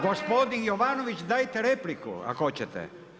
Gospodin Jovanović, dajte repliku ako hoćete.